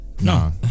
No